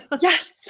Yes